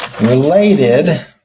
related